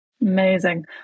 Amazing